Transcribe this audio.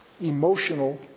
emotional